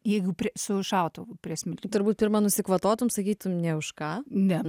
jeigu su šautuvu prie smiltinio turbūt pirma nusikvatotum sakytum nė už ką ne